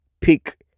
pick